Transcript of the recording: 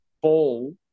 ball